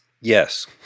Yes